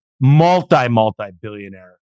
multi-multi-billionaire